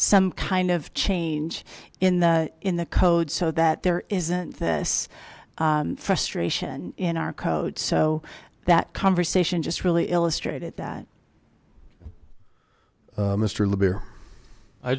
some kind of change in the in the code so that there isn't this frustration in our code so that conversation just really illustrated that m